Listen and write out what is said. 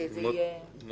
אני